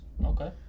Okay